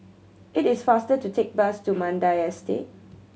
it is faster to take bus to Mandai Estate